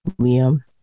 Liam